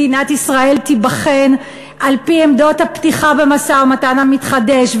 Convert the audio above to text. מדינת ישראל תיבחן על-פי עמדות הפתיחה במשא-ומתן המתחדש,